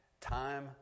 Time